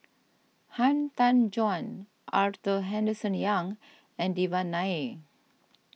Han Tan Juan Arthur Henderson Young and Devan Nair